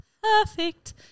perfect